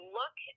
look